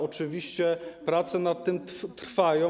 Oczywiście prace nad tym trwają.